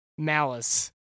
malice